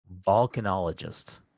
Volcanologist